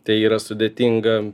tai yra sudėtinga